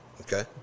Okay